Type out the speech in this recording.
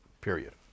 period